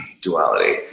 Duality